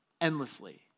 endlessly